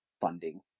funding